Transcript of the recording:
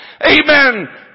Amen